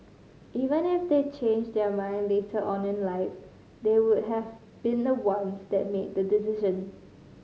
even if they change their mind later on in life they would have been the ones that made the decision